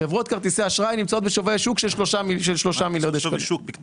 חברות כרטיסי האשראי נמצאות בשווי שוק של שלושה מיליארד שקלים.